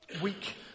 weak